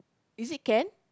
is it can